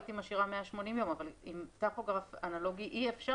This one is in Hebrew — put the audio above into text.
הייתי משאירה 180 יום אבל עם טכוגרף אנלוגי אי אפשר.